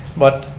but